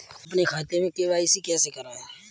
अपने खाते में के.वाई.सी कैसे कराएँ?